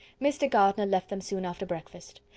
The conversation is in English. mr. gardiner left them soon after breakfast.